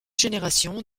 générations